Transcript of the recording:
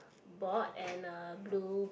board and a blue bag